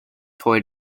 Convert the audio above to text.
toy